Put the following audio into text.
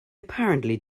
apparently